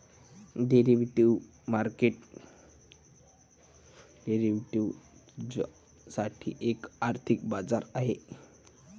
derivative market derivatives साठी एक आर्थिक बाजार आहे